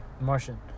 Martian